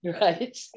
Right